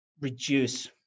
reduce